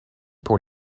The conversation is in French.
pour